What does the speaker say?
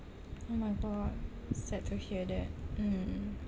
oh my god sad to hear that mm